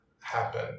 happen